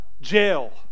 Jail